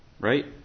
Right